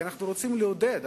כי אנחנו רוצים לעודד,